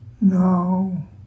No